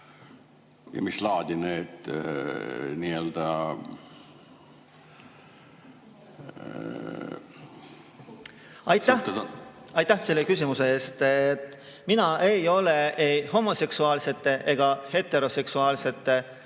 Ja mis laadi need nii-öelda suhted on? Aitäh selle küsimuse eest! Mina ei ole ei homoseksuaalsete ega heteroseksuaalsete